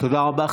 תודה רבה.